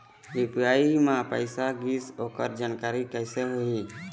UPI म पैसा गिस ओकर जानकारी कइसे होही?